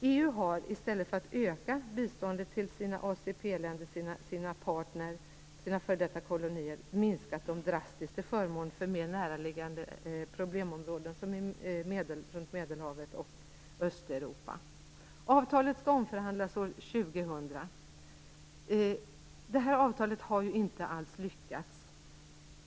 EU har, i stället för att öka biståndet till ACP-länderna, sina partner, sina f.d. kolonier, minskat det drastiskt till förmån för mer näraliggande problemområden t.ex. runt Medelhavet och i Östeuropa. Avtalet skall omförhandlas år 2000. Det här avtalet har ju inte alls lyckats.